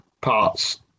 parts